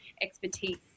expertise